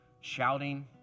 shouting